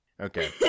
okay